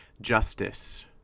justice